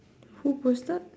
who posted